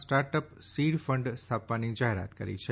startup seed fund સ્થાપવાની જાહેરાત કરી છે